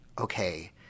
Okay